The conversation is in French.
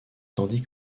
tandis